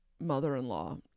mother-in-law